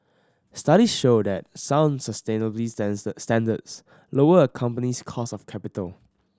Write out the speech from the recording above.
studies show that sound sustainability standards lower a company's cost of capital